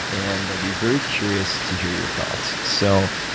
and i'd be very curious to hear your thoughts. so